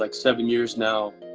like seven years now.